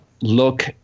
look